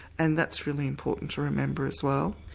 and that's really important to remember as well.